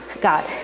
God